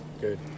Good